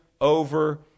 over